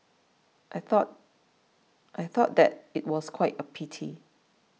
I thought I thought that it was quite a pity